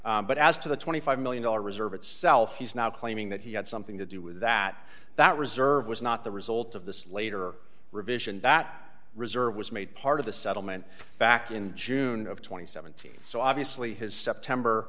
them but as to the twenty five million dollars reserve itself he's now claiming that he had something to do with that that reserve was not the result of this later revision that reserve was made part of the settlement back in june of two thousand and seventeen so obviously his september